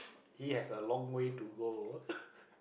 he has a long way to go